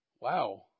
Wow